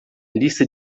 lista